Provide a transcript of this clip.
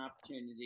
opportunity